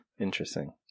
Interesting